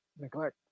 Neglect